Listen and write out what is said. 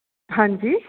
ਹਾਂਜੀ